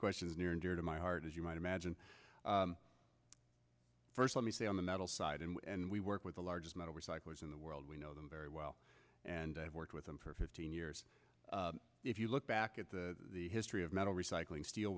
question is near and dear to my heart as you might imagine first let me say on the metal side and we work with the largest metal recyclers in the world we know them very well and i've worked with them for fifteen years if you look back the history of metal recycling ste